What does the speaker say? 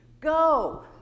go